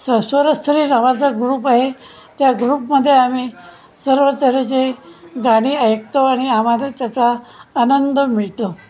नावाचा ग्रुप आहे त्या ग्रुपमध्ये आम्ही सर्व तऱ्हेचे गाणी ऐकतो आणि आम्हाला त्याचा आनंद मिळतो